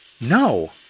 No